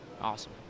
Awesome